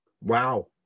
Wow